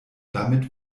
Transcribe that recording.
damit